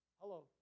Hello